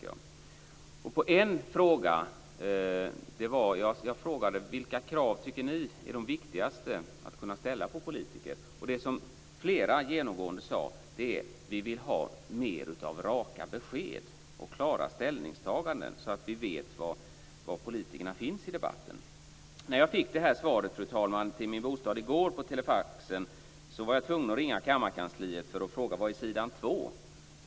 Jag frågade vilka krav som de tyckte var de viktigaste att kunna ställa på politiker, och det som flera genomgående sade var detta: Vi vill ha mer av raka besked och klara ställningstaganden, så att vi vet var politikerna finns i debatten. Fru talman! När jag fick det här interpellationssvaret till min bostad på telefax var jag tvungen att ringa kammarkansliet och fråga var sidan 2 fanns.